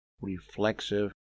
reflexive